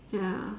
ya